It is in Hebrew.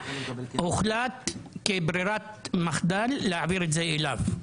הוחלט כברירת מחדל להעביר את זה אליו.